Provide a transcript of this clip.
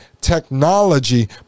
technology